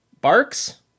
Barks